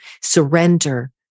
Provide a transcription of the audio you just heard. surrender